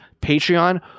Patreon